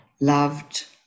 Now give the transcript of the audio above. loved